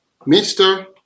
Mr